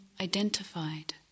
identified